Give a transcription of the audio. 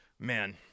Man